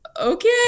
okay